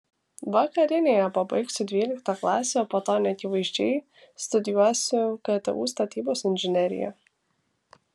vakarinėje pabaigsiu dvyliktą klasę o po to neakivaizdžiai studijuosiu ktu statybos inžineriją